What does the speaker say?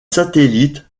satellites